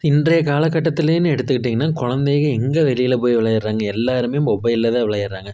இன்றைய காலகட்டத்திலேன்னு எடுத்துகிட்டீங்கன்னால் குழந்தைக எங்க வெளியில் போய் விளையாடுறாங்க எல்லோருமே மொபைலில் தான் விளையாடறாங்க